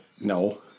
No